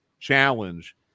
challenge